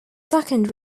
second